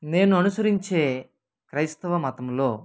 నేను అనుసరించే క్రైస్తవ మతంలో